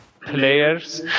players